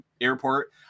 airport